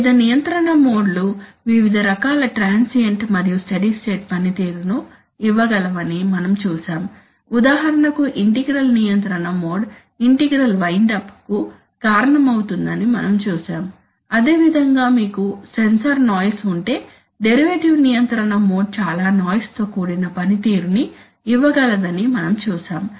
వివిధ నియంత్రణ మోడ్లు వివిధ రకాల ట్రాన్సియెంట్ మరియు స్టడీ స్టేట్ పనితీరును ఇవ్వగలవని మనం చూశాము ఉదాహరణకు ఇంటిగ్రల్ నియంత్రణ మోడ్ ఇంటిగ్రల్ వైన్డ్ అప్ కు కారణమవుతుందని మనం చూశాము అదేవిధంగా మీకు సెన్సార్ నాయిస్ ఉంటే డెరివేటివ్ నియంత్రణ మోడ్ చాలా నాయిస్ తో కూడిన పనితీరు ని ఇవ్వగలదని మనం చూశాము